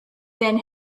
then